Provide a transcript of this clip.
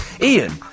Ian